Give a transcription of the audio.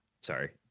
sorry